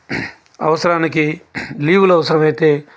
అవసరానికి లీవులు అవసరమైతే